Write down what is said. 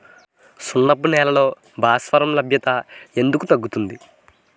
సున్నపు నేలల్లో భాస్వరం లభ్యత ఎందుకు తగ్గుతుంది?